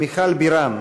מיכל בירן.